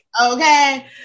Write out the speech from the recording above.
Okay